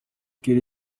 kelly